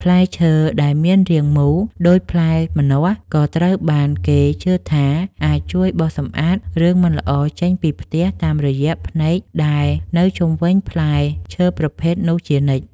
ផ្លែឈើដែលមានរាងមូលដូចជាផ្លែម្នាស់ក៏ត្រូវបានគេជឿថាអាចជួយបោសសម្អាតរឿងមិនល្អចេញពីផ្ទះតាមរយៈភ្នែកដែលនៅជុំវិញផ្លែឈើប្រភេទនោះជានិច្ច។